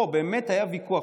פה באמת היה ויכוח,